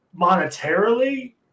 monetarily